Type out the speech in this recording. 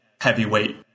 heavyweight